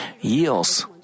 yields